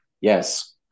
Yes